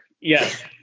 yes